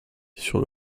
sur